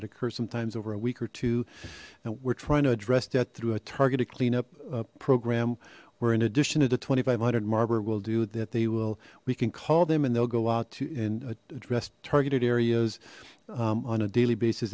it occurs sometimes over a week or two and we're trying to address that through a targeted cleanup program where in addition to the two five hundred marber will do that they will we can call them and they'll go out to and address targeted areas on a daily basis